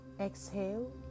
Exhale